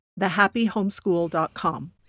thehappyhomeschool.com